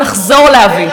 ונחזור להביא.